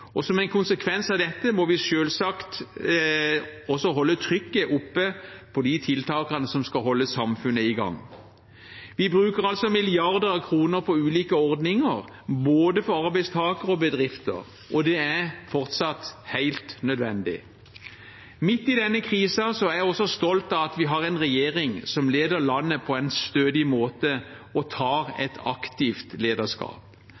Og som en konsekvens av dette må vi selvsagt også holde trykket oppe på de tiltakene som skal holde samfunnet i gang. Vi bruker altså milliarder av kroner på ulike ordninger for både arbeidstakere og bedrifter, og det er fortsatt helt nødvendig. Midt i denne krisen er jeg stolt av at vi har en regjering som leder landet på en stødig måte, og som tar et aktivt lederskap.